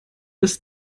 ist